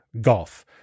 GOLF